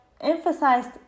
emphasized